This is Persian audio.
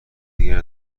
دیگهای